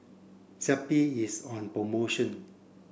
Zappy is on promotion